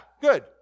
good